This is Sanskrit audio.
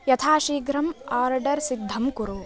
यथा शीघ्रं आर्डर् सिद्धं कुरु